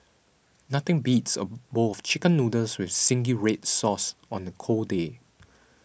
nothing beats a bowl of Chicken Noodles with Zingy Red Sauce on a cold day